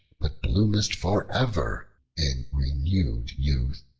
but bloomest for ever in renewed youth.